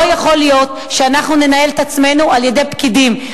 לא יכול להיות שאנחנו ננהל את עצמנו על-ידי פקידים,